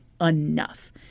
enough